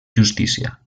justícia